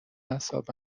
اعصاب